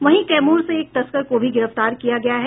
वहीं कैमूर से एक तस्कर को भी गिरफ्तार किया गया है